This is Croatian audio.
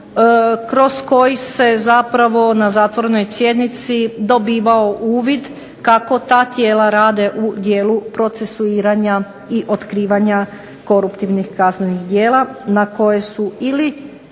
kroz koji se zapravo na zatvorenoj sjednici dobivao uvid kako ta tijela rade u dijelu procesuiranja i otkrivanja koruptivnih kaznenih djela na koje su ili